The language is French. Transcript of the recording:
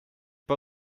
pas